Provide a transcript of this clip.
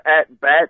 at-bat